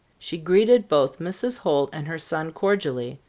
she greeted both mrs. holt and her son cordially,